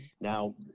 Now